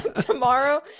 tomorrow